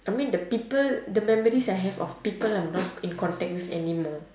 I mean the people the memories I have of people I'm not in contact with anymore